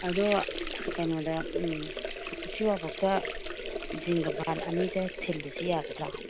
ꯑꯗꯣ ꯀꯩꯅꯣꯗ ꯎꯆꯤꯋꯥ ꯕꯥꯎꯇ ꯖꯤꯡꯒ ꯕꯥꯟ ꯑꯅꯤꯗ ꯊꯤꯜꯂꯨꯁꯤ ꯌꯥꯒꯗ꯭ꯔꯥ